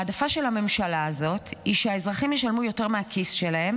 ההעדפה של הממשלה הזו היא שהאזרחים ישלמו יותר מהכיס שלהם,